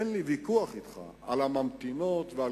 אין לי ויכוח אתך על המשפחות הממתינות ועל